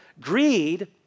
Greed